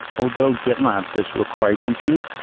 although gitlab does require compute,